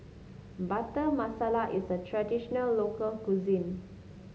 Butter Masala is a traditional local cuisine